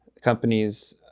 companies